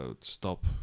stop